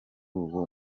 uwo